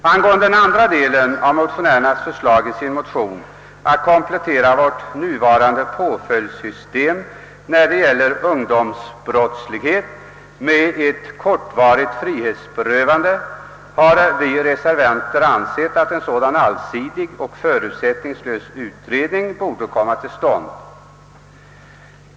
Vad beträffar den andra delen av motionärernas förslag, att nuvarande påföljdssystem när det gäller ungdomsbrottslighet skall kompletteras med ett kortvarigt frihetsberövande, har vi reservanter ansett att en allsidig och förutsättningslös utredning därom bör komma till stånd.